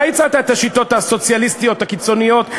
אתה הצעת את השיטות הסוציאליסטיות הקיצוניות,